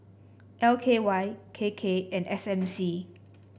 L K Y K K and S M C